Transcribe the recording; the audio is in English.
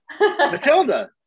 Matilda